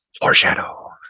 Foreshadow